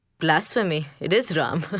blasphemy. it is ram.